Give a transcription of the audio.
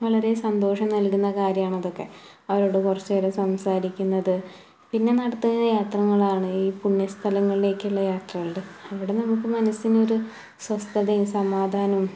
വളരെ സന്തോഷം നൽകുന്ന കാര്യമാണതൊക്കെ അവരോട് കുറച്ച് നേരം സംസാരിക്കുന്നത് പിന്നെ നടത്തുന്ന യാത്രകളാണ് ഈ പുണ്യ സ്ഥലങ്ങളിലേക്കുള്ള യാത്രകൾ അവിടെ നമുക്ക് മനസ്സിനൊരു സ്വസ്ഥതയും സമാധാനവും